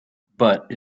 but